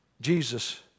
Jesus